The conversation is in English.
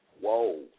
Whoa